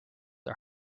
are